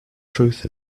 truth